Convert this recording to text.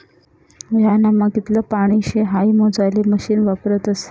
ह्यानामा कितलं पानी शे हाई मोजाले मशीन वापरतस